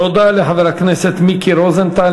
תודה לחבר הכנסת מיקי רוזנטל.